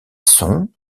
sont